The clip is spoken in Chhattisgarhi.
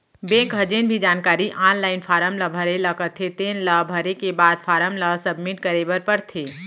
बेंक ह जेन भी जानकारी आनलाइन फारम ल भरे ल कथे तेन ल भरे के बाद फारम ल सबमिट करे बर परथे